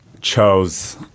chose